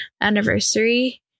anniversary